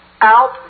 out